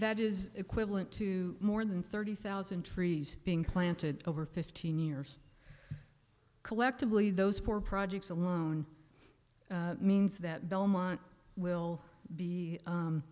that is equivalent to more than thirty thousand trees being planted over fifteen years collectively those four projects alone means that belmont will be